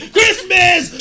Christmas